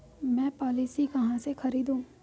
मैं पॉलिसी कहाँ से खरीदूं?